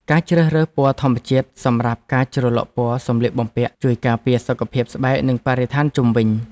ការជ្រើសរើសពណ៌ធម្មជាតិសម្រាប់ការជ្រលក់ពណ៌សម្លៀកបំពាក់ ជួយការពារសុខភាពស្បែកនិងបរិស្ថានជុំវិញ។